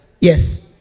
Yes